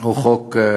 הוא חוק מסוכן,